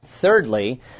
Thirdly